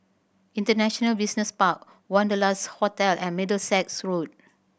International Business Park Wanderlust Hotel and Middlesex Road